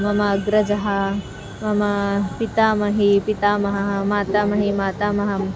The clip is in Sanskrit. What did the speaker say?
मम अग्रजः मम पितामही पितामहः मातामही मातामहः